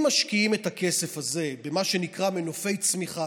אם משקיעים את הכסף הזה במה שנקרא מנופי צמיחה,